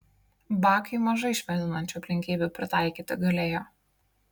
bakiui mažai švelninančių aplinkybių pritaikyti galėjo